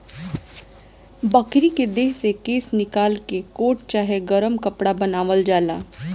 बकरी के देह से केश निकाल के कोट चाहे गरम कपड़ा बनावल जाला